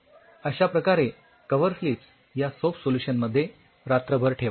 अश्या प्रकारे glass coverslips या सोप सोल्युशन मध्ये रात्रभर ठेवा